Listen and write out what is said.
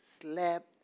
slept